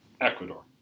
Ecuador